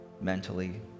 mentally